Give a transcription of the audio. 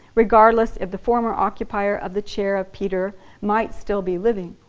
regardless if the former occupier of the chair of peter might still be living.